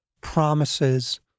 promises